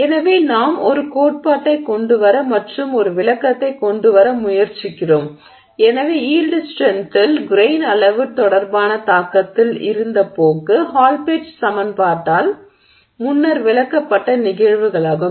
எனவே நாம் ஒரு கோட்பாட்டைக் கொண்டு வர மற்றும் ஒரு விளக்கத்தைக் கொண்டு வர முயற்சிக்கிறோம்எனவேயீல்டு ஸ்ட்ரென்த்தில் கிரெய்ன் அளவு தொடர்பான தாக்கத்தில் இருந்த போக்கு ஹால் பெட்ச் சமன்பாட்டால் முன்னர் விளக்கப்பட்ட நிகழ்வுகளாகும்